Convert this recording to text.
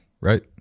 right